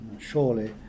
surely